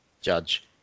Judge